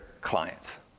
clients